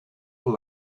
with